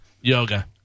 Yoga